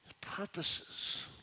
purposes